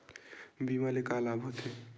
बीमा ले का लाभ होथे?